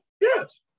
Yes